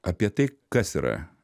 apie tai kas yra